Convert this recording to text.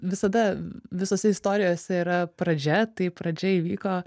visada visose istorijose yra pradžia tai pradžia įvyko